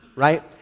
right